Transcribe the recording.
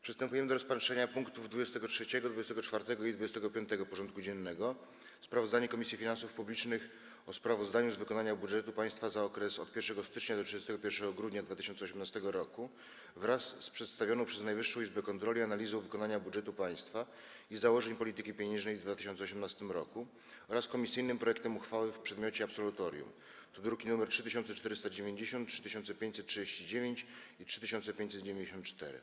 Przystępujemy do rozpatrzenia punktów 23., 24. i 25. porządku dziennego: 23. Sprawozdanie Komisji Finansów Publicznych o sprawozdaniu z wykonania budżetu państwa za okres od 1 stycznia do 31 grudnia 2018 r. wraz z przedstawioną przez Najwyższą Izbę Kontroli analizą wykonania budżetu państwa i założeń polityki pieniężnej w 2018 r. oraz komisyjnym projektem uchwały w przedmiocie absolutorium (druki nr 3490, 3539 i 3594)